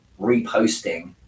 reposting